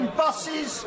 buses